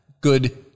good